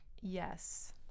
yes